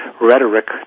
rhetoric